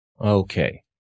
Okay